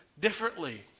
differently